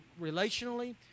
relationally